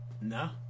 No